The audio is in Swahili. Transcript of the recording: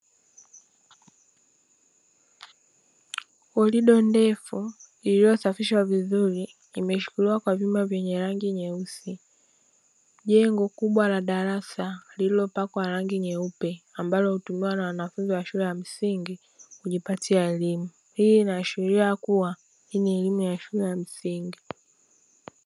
Korido ndefu iliyosafishwa vizuri imeshikiliwa kwa vyuma vyenye rangi nyeusi. Jengo kubwa la darasa lililopakwa rangi nyeupe ambalo hutumiwa na wanafunzi wa shule ya msingi kujipatia elimu. Hii inaashiria kuwa hii ni elimu ya shule ya msingi.